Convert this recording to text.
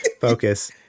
focus